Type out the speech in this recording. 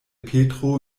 petro